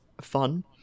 fun